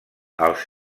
als